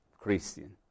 Christian